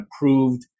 approved